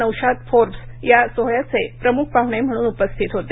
Naushad Forbes या सोहळ्याचे प्रमुख पाहुणे म्हणून उपस्थित होते